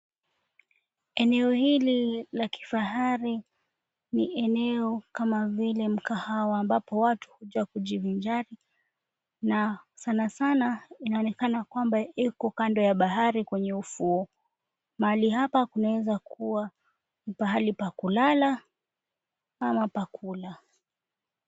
Eneo hili la kifahari ni eneo kama vile mkahawa ambapo watu hukuja kujivinjari na sanasana inaonekana kwamba iko kando ya bahari kwenye ufuo. Mahali hapa panaweza kuwa ni pahali pa kulala ama pa kula.